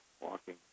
walking